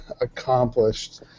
accomplished